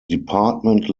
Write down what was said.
department